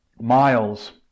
miles